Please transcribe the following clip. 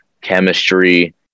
chemistry